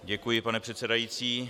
Děkuji, pane předsedající.